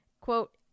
quote